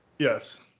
Yes